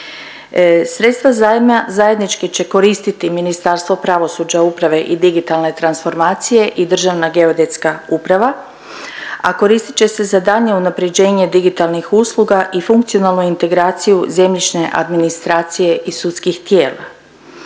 Sredstva zajma zajednički će koristiti Ministarstvo pravosuđa, uprave i digitalne transformacije i Državna geodetska uprava, a koristit će se za daljnje unapređenje digitalnih usluga i funkcionalnu integraciju zemljišne administracije i sudskih tijela.